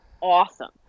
awesome